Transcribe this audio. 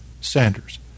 Sanders